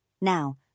Now